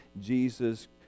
Jesus